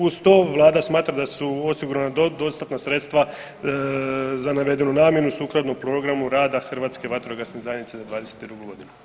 Uz to vlada smatra da su osigurana dostatna sredstva za navedenu namjenu sukladno programu rada Hrvatske vatrogasne zajednice za '22. godinu.